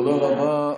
תודה רבה.